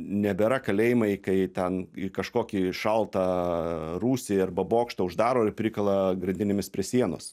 nebėra kalėjimai kai ten į kažkokį šaltą rūsį arba bokštą uždaro ir prikala grandinėmis prie sienos